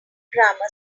grammar